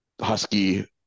Husky